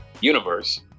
universe